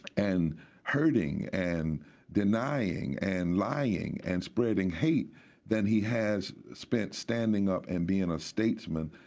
and hurting and denying and lying and spreading hate than he has spent standing up and being a statesman,